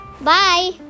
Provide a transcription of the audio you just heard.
Bye